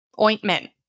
ointment